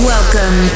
Welcome